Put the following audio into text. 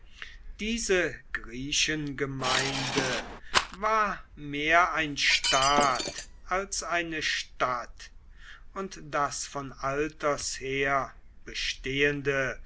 diese griechengemeinde war mehr ein staat als eine stadt und das von alters her bestehende